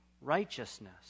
righteousness